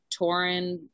Torin